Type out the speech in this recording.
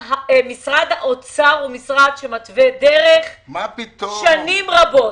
משרד האוצר הוא משרד שמתווה דרך שנים רבות.